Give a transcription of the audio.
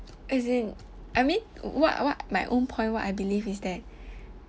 as in I mean what what my own point what I believe is that